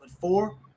Four